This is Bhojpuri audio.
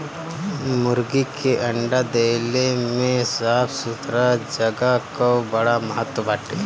मुर्गी के अंडा देले में साफ़ सुथरा जगह कअ बड़ा महत्व बाटे